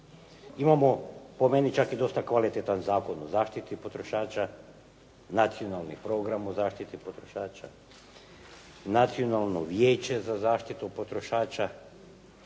Imamo po meni čak i dosta kvalitetan Zakon o zaštiti potrošača, Nacionalni program o zaštiti potrošača, Nacionalno vijeće za zaštitu potrošača.